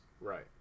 Right